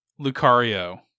Lucario